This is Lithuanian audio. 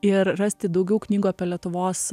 ir rasti daugiau knygų apie lietuvos